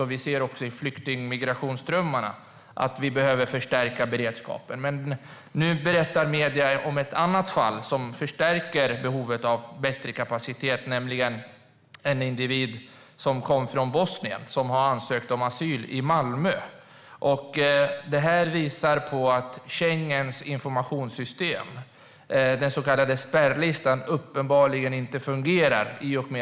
Vi behöver också förstärka beredskapen i fråga om flyktingmigrationsströmmarna. Nu berättar medierna om ett annat fall som förstärker behovet av bättre kapacitet. Det handlar om en individ som kom från Bosnien och som har ansökt om asyl i Malmö. Det visar att Schengens informationssystem, den så kallade spärrlistan, uppenbarligen inte fungerar.